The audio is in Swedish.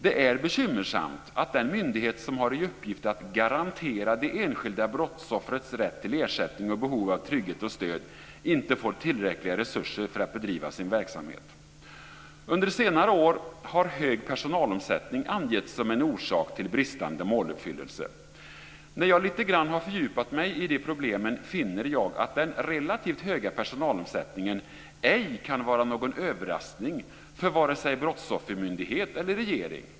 Det är bekymmersamt att den myndighet som har i uppgift att "garantera det enskilda brottsoffrets rätt till ersättning och behov av trygghet och stöd" inte får tillräckliga resurser för att bedriva sin verksamhet. Under senare år har hög personalomsättning angetts som en orsak till bristande måluppfyllelse. När jag lite grann har fördjupat mig i de problemen finner jag att den relativt höga personalomsättningen ej kan vara någon överraskning för vare sig brottsoffermyndighet eller regering.